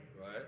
Right